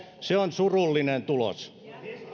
se on surullinen tulos